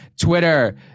Twitter